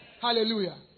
Hallelujah